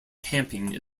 camping